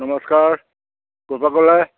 নমস্কাৰ ক'ৰপৰা ক'লে